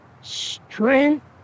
strength